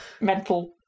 mental